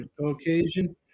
Caucasian